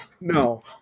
no